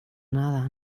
nada